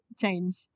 change